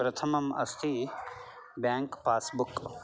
प्रथमम् अस्ति bank passbook